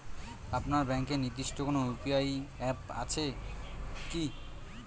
আপনার ব্যাংকের নির্দিষ্ট কোনো ইউ.পি.আই অ্যাপ আছে আছে কি?